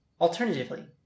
Alternatively